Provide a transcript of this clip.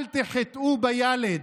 אל תחטאו בילד.